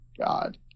god